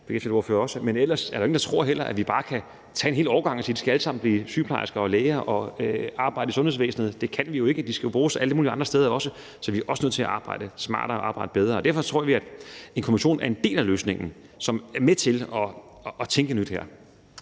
men ellers er der jo ingen, der tror, at vi bare kan tage en hel årgang og sige, at de alle sammen skal blive sygeplejersker og læger og arbejde i sundhedsvæsenet. Det kan vi jo ikke, for de skal jo bruges alle mulige andre steder også. Så vi er også nødt til at arbejde smartere, arbejde bedre. Derfor tror vi, at en kommission, som er med til at tænke nyt her,